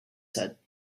set